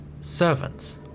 Servants